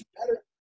better